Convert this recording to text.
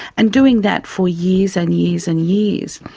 and doing that for years and years and years,